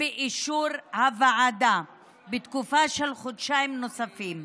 באישור הוועדה בתקופה של חודשיים נוספים.